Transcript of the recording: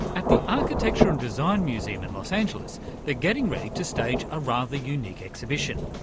at the architecture and design museum in los angeles they're getting ready to stage a rather unique exhibition.